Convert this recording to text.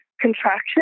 contraction